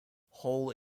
hole